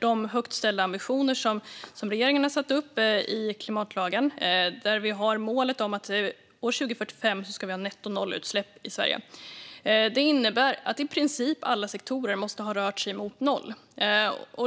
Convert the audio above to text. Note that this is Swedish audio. de högt ställda ambitioner som regeringen har i klimatlagen. Där är målet att vi år 2045 ska ha nettonollutsläpp i Sverige. Det innebär att i princip alla sektorer måste ha rört sig mot noll.